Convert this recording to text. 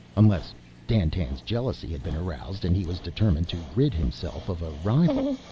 unless dandtan's jealousy had been aroused and he was determined to rid himself of a rival.